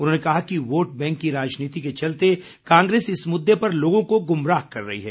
उन्होंने कहा कि वोट बैंक की राजनीति के चलते कांग्रेस इस मुद्दे पर लोगों को गुमराह कर रही है